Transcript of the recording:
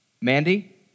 Mandy